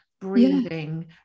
breathing